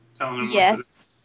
Yes